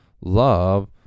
love